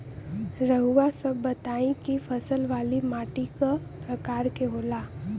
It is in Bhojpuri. रउआ सब बताई कि फसल वाली माटी क प्रकार के होला?